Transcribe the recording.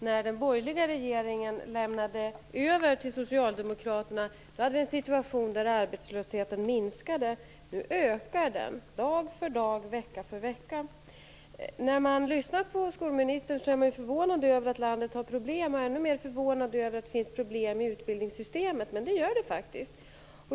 Fru talman! Först vill jag påminna utbildningsministern om att när den borgerliga regeringen lämnade över till Socialdemokraterna hade vi en situation där arbetslösheten minskade. Nu ökar den dag för dag, vecka för vecka. När man lyssnar på skolministern blir man förvånad över att landet har problem. Ännu mer förvånad blir man över att det finns problem i utbildningssystemet, men det gör det faktiskt.